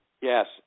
yes